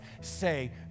say